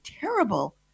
terrible